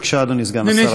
בבקשה, אדוני סגן שר הביטחון.